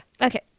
Okay